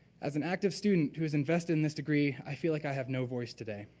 as an active student who is invested in this degree, i feel like i have no voice today.